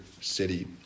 city